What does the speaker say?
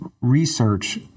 research